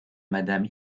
madame